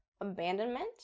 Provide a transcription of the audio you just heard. abandonment